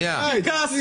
זה קרקס,